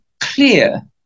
clear